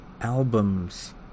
albums